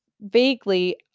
vaguely